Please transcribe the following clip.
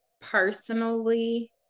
personally